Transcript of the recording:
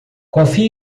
confie